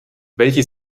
welche